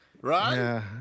right